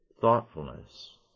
thoughtfulness